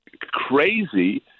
crazy